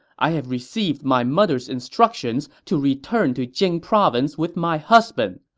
i have received my mother's instructions to return to jing province with my husband.